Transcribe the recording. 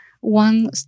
one